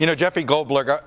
you know jeffrey goldberg,